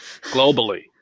globally